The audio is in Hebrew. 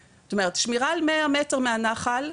שמירה על 100 מטר מהנחל,